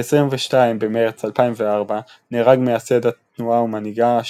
ב-22 במרץ 2004 נהרג מייסד התנועה ומנהיגה,